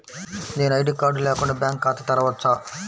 నేను ID card లేకుండా bank ఖాతా తెరవచ్చా?